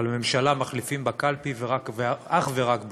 אבל ממשלה מחליפים בקלפי ואך ורק בקלפי.